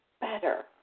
better